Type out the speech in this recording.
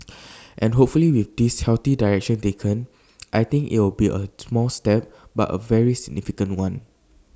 and hopefully with this healthy direction taken I think it'll be A small step but A very significant one